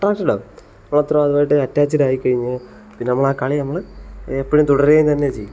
attracted ആകും മാത്രമല്ല അതുമായിട്ട് അറ്റാച്ചിട് ആയി കഴിഞ്ഞാൽ പിന്നെ ആ കളി നമ്മൾ എപ്പോഴും തുടരുക തന്നെ ചെയ്യും